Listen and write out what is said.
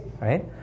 right